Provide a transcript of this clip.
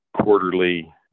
quarterly